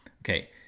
okay